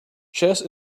chess